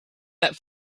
that